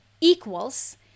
equals